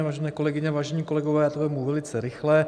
Vážené kolegyně, vážení kolegové, vezmu to velice rychle.